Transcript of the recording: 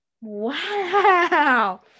Wow